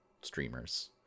streamers